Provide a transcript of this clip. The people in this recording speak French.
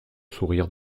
sourire